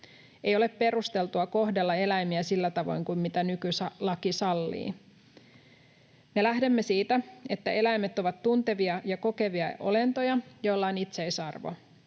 Ei ole perusteltua kohdella eläimiä sillä tavoin kuin mitä nykylaki sallii. Me lähdemme siitä, että eläimet ovat tuntevia ja kokevia olentoja, joilla on itseisarvo.